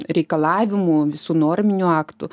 reikalavimų visų norminių aktų